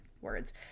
words